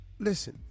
Listen